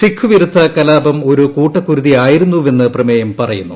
സിഖ് വിരുദ്ധ കലാപം ഒരു കൂട്ടക്കുരുതി ആയിരുന്നുവെന്ന് പ്രമേയം പറയുന്നു